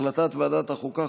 הצעת ועדת החוקה,